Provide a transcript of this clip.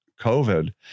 COVID